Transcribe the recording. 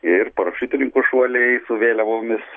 ir parašiutininkų šuoliai su vėliavomis